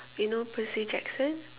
you know Percy-Jackson